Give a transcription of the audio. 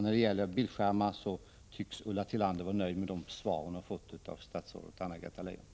När det gäller bildskärmar tycks Ulla Tillander vara nöjd med de svar som hon har fått av statsrådet Anna-Greta Leijon.